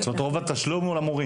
זאת אומרת רוב התשלום הוא למורים.